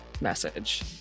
message